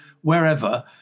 wherever